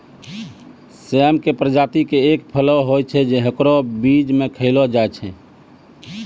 सेम के प्रजाति के एक फली होय छै, हेकरो बीज भी खैलो जाय छै